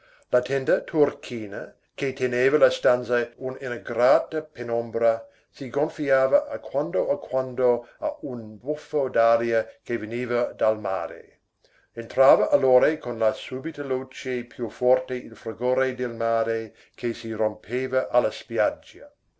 la tenda turchina che teneva la stanza in una grata penombra si gonfiava a quando a quando a un buffo d'aria che veniva dal mare entrava allora con la subita luce più forte il fragore del mare che si rompeva alla spiaggia